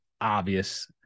obvious